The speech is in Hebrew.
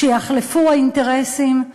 כשיחלפו האינטרסים,